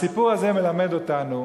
הסיפור הזה מלמד אותנו